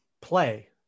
play